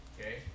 okay